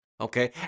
okay